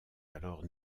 alors